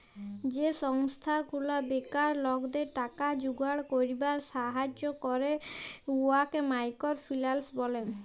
যে সংস্থা গুলা বেকার লকদের টাকা জুগাড় ক্যইরবার ছাহাজ্জ্য ক্যরে উয়াকে মাইকর ফিল্যাল্স ব্যলে